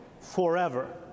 forever